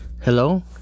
Hello